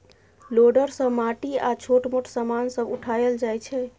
loader सँ माटि आ छोट मोट समान सब उठाएल जाइ छै